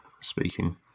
speaking